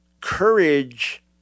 Courage